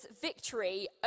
victory